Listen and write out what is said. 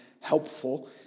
helpful